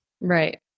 Right